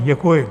Děkuji.